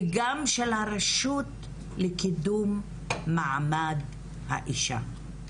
וגם של הרשות לקידום מעמד האישה.